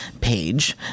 page